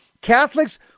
Catholics